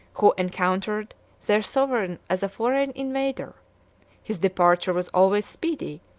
who encountered their sovereign as a foreign invader his departure was always speedy,